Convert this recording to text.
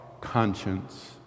conscience